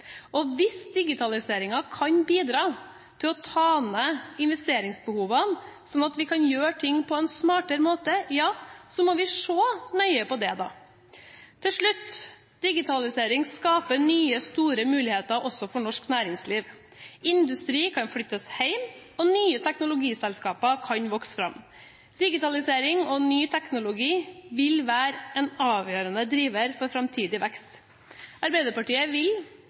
framover. Hvis digitaliseringen kan bidra til å ta ned investeringsbehovene, slik at vi kan gjøre ting på en smartere måte, må vi se nøye på det. Til slutt: Digitalisering skaper nye, store muligheter også for norsk næringsliv. Industri kan flyttes hjem, og nye teknologiselskaper kan vokse fram. Digitalisering og ny teknologi vil være en avgjørende driver for framtidig vekst. Arbeiderpartiet vil